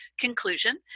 conclusion